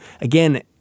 again